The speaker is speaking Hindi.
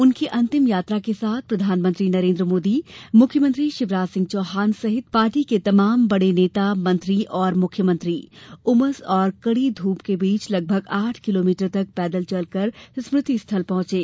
उनकी अंतिम यात्रा के साथ प्रधानमंत्री नरेन्द्र मोदी मुख्यमंत्री शिवराज सिंह चौहान सहित पार्टी के तमाम बड़े नेता मंत्री और मुख्यमंत्री उमस और कड़ी धूप के बीच लगभग आठ किलोमीटर तक पैदल चलकर स्मृति स्थल पहुंचे